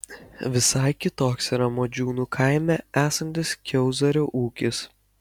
visai kitoks yra modžiūnų kaime esantis kiauzario ūkis